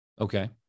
okay